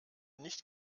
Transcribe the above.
nicht